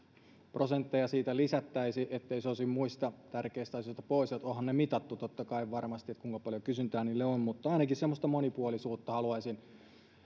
prosentteja sille lisättäisi etteivät ne olisi muista tärkeistä asioista pois onhan se mitattu totta kai varmasti kuinka paljon kysyntää niille on niin ainakin semmoista monipuolisuutta haluaisin